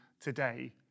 today